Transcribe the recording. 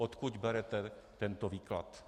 Odkud berete tento výklad.